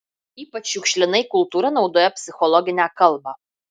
ypač šiukšlinai kultūra naudoja psichologinę kalbą